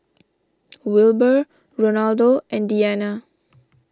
Wilbur Ronaldo and Deana